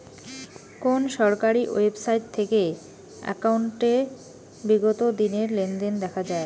কোন সরকারি ওয়েবসাইট থেকে একাউন্টের বিগত দিনের লেনদেন দেখা যায়?